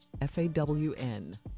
F-A-W-N